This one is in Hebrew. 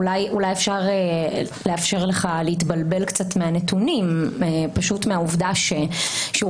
אולי אפשר לאפשר לך להתבלבל קצת מהנתונים פשוט מהעובדה ששיעור